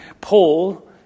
Paul